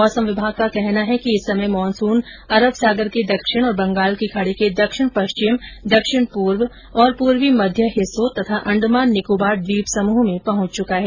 मौसम विभाग का कहना है कि इस समय मानसून अरब सागर के दक्षिण और बंगाल की खाड़ी के दक्षिण पश्चिम दक्षिण पूर्व और पूर्वी मध्य हिस्सों तथा अंडमान निकोबार ट्वीप समूह में पहुंच चुका है